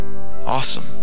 Awesome